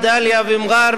דאליה ומע'אר,